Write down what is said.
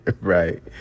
right